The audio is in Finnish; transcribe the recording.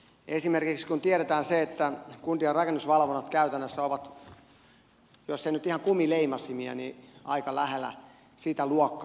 esimerkiksi tiedetään se että kuntien rakennusvalvonnat käytännössä ovat jos eivät nyt ihan kumileimasimia niin aika lähellä sitä luokkaa